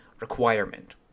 requirement